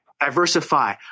diversify